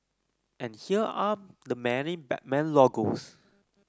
and here are the many Batman logos